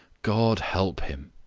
god help him!